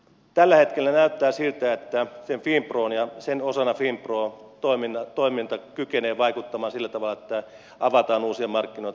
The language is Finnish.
tällä hetkellä näyttää siltä että sen ja sen osana finpron toiminta kykenee vaikuttamaan sillä tavalla että avataan uusia markkinoita